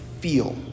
feel